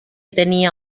tenia